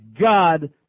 God